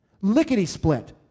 Lickety-split